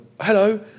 hello